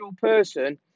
person